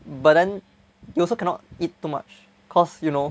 but then you also cannot eat too much cause you know